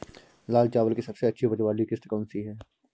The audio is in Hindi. लाल चावल की सबसे अच्छी उपज वाली किश्त कौन सी है?